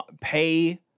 pay